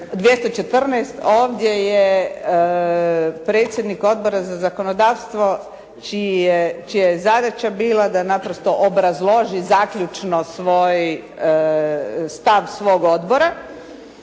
214., ovdje je predsjednik Odbora za zakonodavstvo čija je zadaća bila da naprosto obrazloži zaključno stav svog odbora,